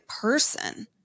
person